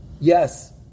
Yes